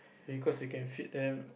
because you can feed them